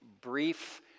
brief